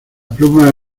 pluma